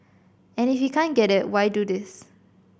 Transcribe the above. and if he can't get it why do this